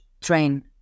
train